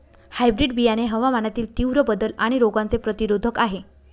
hybrid बियाणे हवामानातील तीव्र बदल आणि रोगांचे प्रतिरोधक आहे